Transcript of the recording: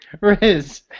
Riz